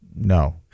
No